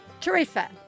Teresa